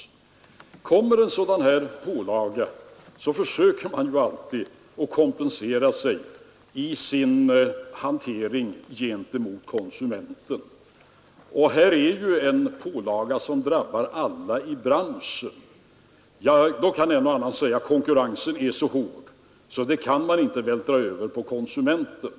Kommer en sådan pålaga, försöker man alltid att kompensera sig gentemot konsumenterna. Här är det ju en pålaga som drabbar alla i branschen. En och annan kan säga att konkurrensen är så hård, att man inte kan vältra över kostnaden på konsumenterna.